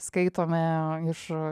skaitome iš